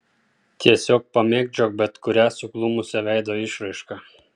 tiesiog pamėgdžiok bet kurią suglumusią veido išraišką